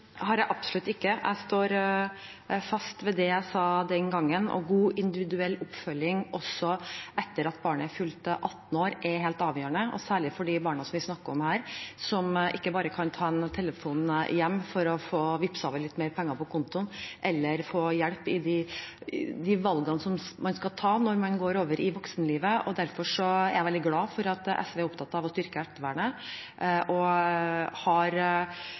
har jeg absolutt ikke. Jeg står fast ved det jeg sa den gangen. God individuell oppfølging også etter at barnet er fylt 18 år, er helt avgjørende, og særlig for de barna som vi snakker om her, som ikke bare kan ta en telefon hjem for å få vippset over litt mer penger på kontoen eller få hjelp til de valgene man skal ta når man går over i voksenlivet. Derfor er jeg veldig glad for at SV er opptatt av å styrke ettervernet. Jeg har